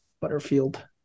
Butterfield